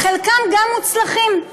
חלקם גם מוצלחים,